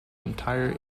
entire